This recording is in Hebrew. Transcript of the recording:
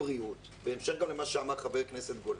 גם בהמשך למה שאמר חבר הכנסת גולן,